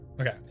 Okay